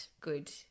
Good